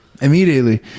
Immediately